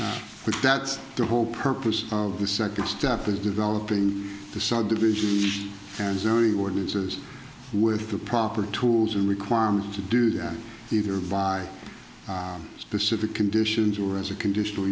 but that's the whole purpose of the second step is developing the subdivision and zoning ordinances with the proper tools and requirements to do that either by specific conditions or as a conditional